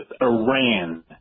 Iran